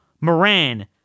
Moran